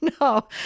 No